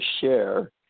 share